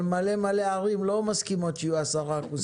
אבל הרבה ערים לא מסכימות שיהיו בהן 10% חרדים.